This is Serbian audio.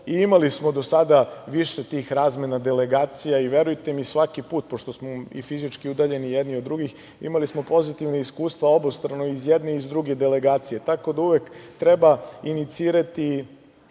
Imali smo do sada više tih razmena delegacija i verujte mi svaki put, pošto smo i fizički udaljeni jedni od drugih, imali smo pozitivna iskustva obostrano i iz jedne i iz druge delegacije. Tako da, uvek treba inicirati